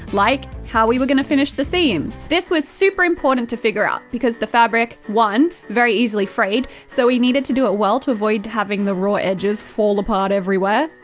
like how we were gonna finish the seams. this was super important to figure out because the fabric one, very easily frayed so we needed to do it well to avoid having the raw edges fall apart everywhere.